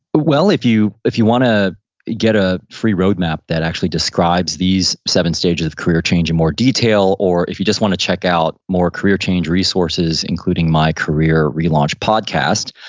well, if you if you want to get a free roadmap that actually describes these seven stages of career change in more detail, or if you just want to check out more career change resources including my career relaunch podcast,